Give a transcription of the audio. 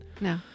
No